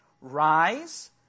Rise